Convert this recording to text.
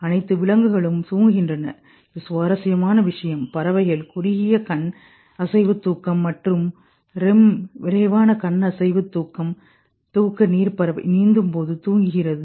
அனைத்து விலங்குகளும் தூங்குகின்றன இது சுவாரஸ்யமான விஷயம் பறவைகள் குறுகிய கண் அசைவுதூக்கம் மற்றும் விரைவான கண் அசைவுதூக்கம் தூக்க நீர்ப்பறவை நீந்தும்போது தூங்குகிறது